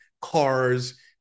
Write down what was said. cars